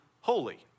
holy